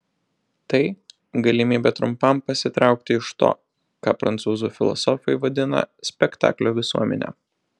tai galimybė trumpam pasitraukti iš to ką prancūzų filosofai vadina spektaklio visuomene